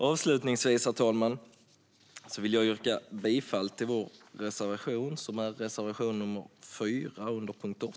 Avslutningsvis, herr talman, vill jag yrka bifall till vår reservation nr 4 under punkt 8.